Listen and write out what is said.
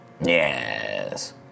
Yes